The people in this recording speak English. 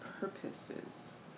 purposes